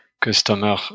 customer